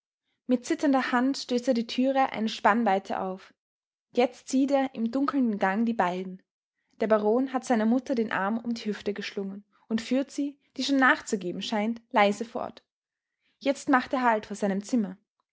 mit zitternder hand stößt er die türe eine spannweite auf jetzt sieht er im dunkelnden gang die beiden der baron hat seiner mutter den arm um die hüfte geschlungen und führt sie die schon nachzugeben scheint leise fort jetzt macht er halt vor seinem zimmer